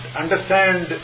understand